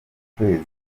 ukwezi